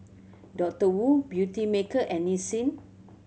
Doctor Wu Beautymaker and Nissin